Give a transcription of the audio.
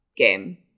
game